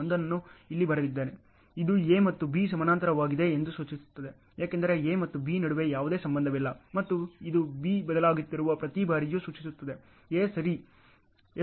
ಇದು A ಮತ್ತು B ಸಮಾನಾಂತರವಾಗಿದೆ ಎಂದು ಸೂಚಿಸುತ್ತದೆ ಏಕೆಂದರೆ A ಮತ್ತು B ನಡುವೆ ಯಾವುದೇ ಸಂಬಂಧವಿಲ್ಲ ಮತ್ತು ಇದು B ಬದಲಾಗುತ್ತಿರುವ ಪ್ರತಿ ಬಾರಿಯೂ ಸೂಚಿಸುತ್ತದೆ A ಸರಿ ಎಂದು 100 ಪ್ರತಿಶತ ಅವಕಾಶವಿದೆ